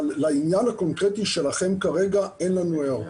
אבל לעניין הקונקרטי שלכם כרגע אין לנו הערות.